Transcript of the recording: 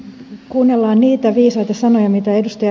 kun kuunnellaan niitä viisaita sanoja mitä ed